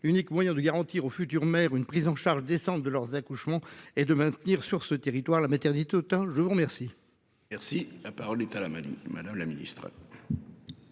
unique moyen de garantir aux futures mères une prise en charge descendent de leurs accouchements et de maintenir sur ce territoire la maternité. Autant je vous remercie. Merci la parole est à la manie madame la Ministre.